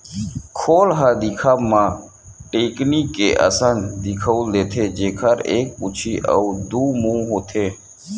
खोल ह दिखब म टेकनी के असन दिखउल देथे, जेखर एक पूछी अउ दू मुहूँ होथे